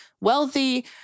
wealthy